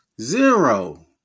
zero